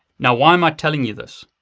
now why am i telling you this?